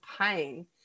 pain